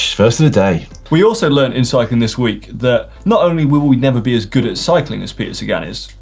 first of the day. we also learnt in cycling this week that not only will we never be as good at cycling as peter sagan is,